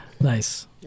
Nice